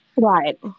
Right